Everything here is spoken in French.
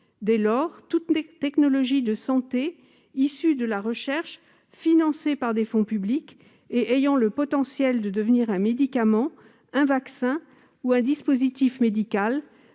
Dès lors, toute technologie de santé issue de la recherche financée par des fonds publics et ayant le potentiel de devenir un médicament, un vaccin ou un dispositif médical